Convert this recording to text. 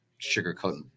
sugarcoating